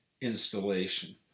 installation